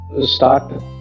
start